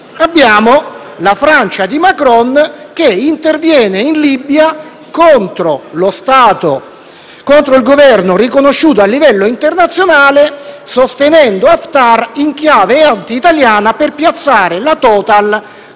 abbiamo la Francia di Macron che interviene in Libia contro il Governo riconosciuto a livello internazionale, sostenendo Haftar, in chiave anti italiana, per piazzare la Total